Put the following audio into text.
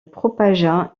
propagea